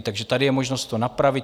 Takže tady je možnost to napravit.